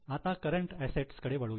आता current assets कडे वळूया